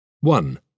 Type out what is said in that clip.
One